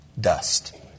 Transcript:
dust